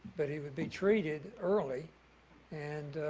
but he would be treated early and